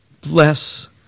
bless